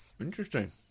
Interesting